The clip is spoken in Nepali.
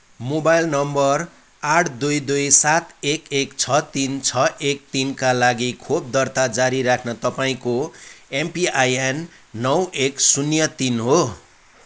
मोबाइल नम्बर आठ दुई दुई सात एक एक छ तिन छ एक तिनका लागि खोप दर्ता जारी राख्न तपाईँको एमपिआइएन नौ एक शून्य तिन हो